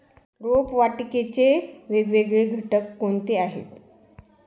रोपवाटिकेचे वेगवेगळे घटक कोणते आहेत?